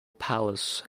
palace